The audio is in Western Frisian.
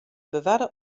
bewarre